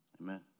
Amen